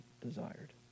desired